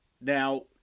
Now